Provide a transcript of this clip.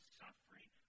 suffering